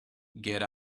get